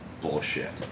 bullshit